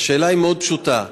והשאלה מאוד פשוטה: